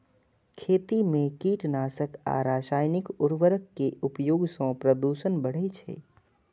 खेती मे कीटनाशक आ रासायनिक उर्वरक के उपयोग सं प्रदूषण बढ़ै छै